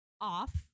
off